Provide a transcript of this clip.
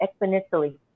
exponentially